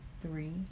three